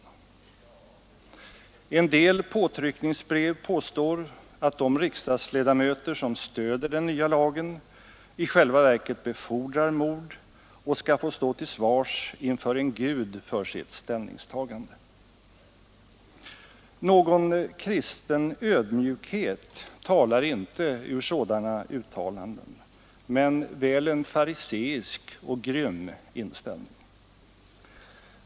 I en del av dessa påtryckningsbrev påstås att de riksdagsledamöter som stöder den nya lagen i själva verket befordrar mord och skall få stå till svars inför en Gud för sitt ställningstagande. Någon kristen ödmjukhet talar inte ur sådana uttalanden, men väl en fariseisk och grym inställning.